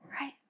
right